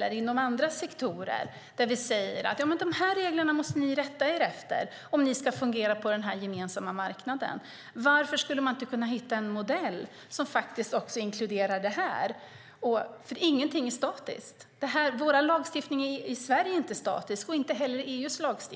har inom andra sektorer och säga att här gäller dessa regler och dem måste ni rätta er efter om ni ska fungera på den här gemensamma marknaden? Varför skulle man inte kunna hitta en modell som också inkluderar detta? Ingenting är statiskt. Varken lagstiftningen i Sverige eller EU:s lagstiftning är statisk.